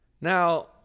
Now